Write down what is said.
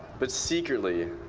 but secretly,